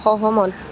সহমত